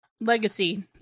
Legacy